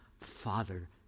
father